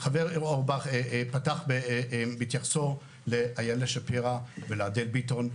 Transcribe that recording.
חבר הכנסת אורבך פתח בהתייחסו לאיילה שפירא ולאדל ביטון,